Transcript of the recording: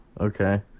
Okay